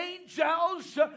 angels